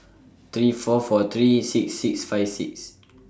three four four three six six five six